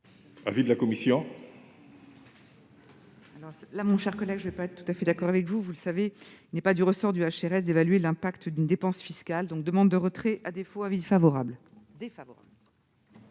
l'avis de la commission ?